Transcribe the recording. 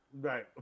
right